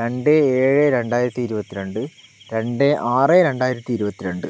രണ്ട് ഏഴ് രണ്ടായിരത്തി ഇരുപത്തി രണ്ട് രണ്ട് ആറ് രണ്ടായിരത്തി ഇരുപത്തി രണ്ട്